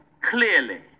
clearly